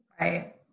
Right